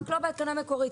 רק לא בהתקנה מקורית,